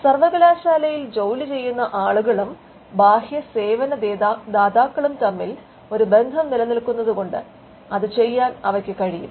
സർവകലാശാലയിൽ ജോലി ചെയ്യുന്ന ആളുകളും ബാഹ്യ സേവനദാതാക്കളും തമ്മിൽ ഒരു ബന്ധം നിലനിൽക്കുന്നത് കൊണ്ട് അത് ചെയ്യാൻ അവയ്ക്ക് കഴിയും